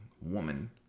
woman